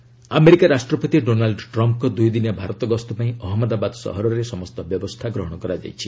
Trump visit America ରାଷ୍ଟ୍ରପତି Donald ଟ୍ରମ୍ଫ୍ଙ୍କ ଦୁଇଦିନିଆ ଭାରତ ଗସ୍ତ ପାଇଁ ଅହମ୍ମଦାବାଦ ସହରରେ ସମସ୍ତ ବ୍ୟବସ୍ଥା ଗ୍ରହଣ କରାଯାଇଛି